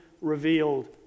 revealed